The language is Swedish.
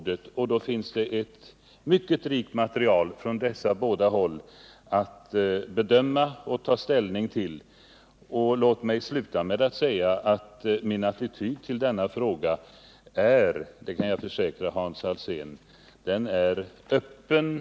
Då finns det ett mycket rikt material från dessa båda håll att ta ställning till. Låt mig sluta med att säga att min attityd till denna fråga är — det kan jag försäkra Hans Alsén — öppen och positiv.